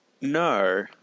No